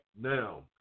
Now